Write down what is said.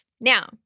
Now